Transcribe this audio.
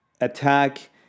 attack